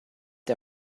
der